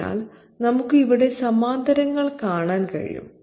അതിനാൽ നമുക്ക് ഇവിടെ സമാന്തരങ്ങൾ കാണാൻ കഴിയും